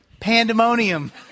Pandemonium